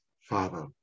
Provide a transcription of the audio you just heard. Father